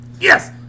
Yes